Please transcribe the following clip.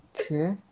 okay